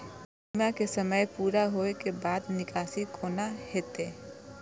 हमर बीमा के समय पुरा होय के बाद निकासी कोना हेतै?